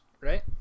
Right